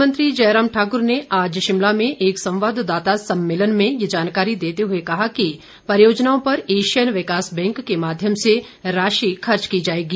मुख्यमंत्री जयराम ठाकृर ने आज शिमला में एक संवाद्दाता सम्मेलन में ये जानकारी देते हुए कहा कि परियोजनाओं पर एशियन विकास बैंक के माध्यम से राशि खर्च की जाएगी